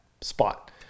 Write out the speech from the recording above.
spot